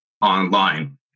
online